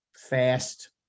fast